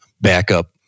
backup